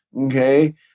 Okay